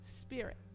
spirit